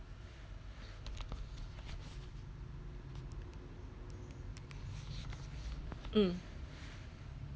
mm